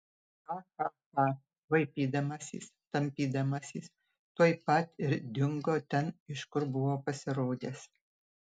cha cha cha vaipydamasis tampydamasis tuoj pat ir dingo ten iš kur buvo pasirodęs